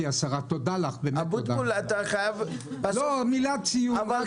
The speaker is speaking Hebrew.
אבוטבול, יש לסיים בטוב.